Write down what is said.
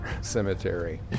cemetery